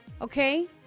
Okay